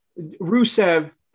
Rusev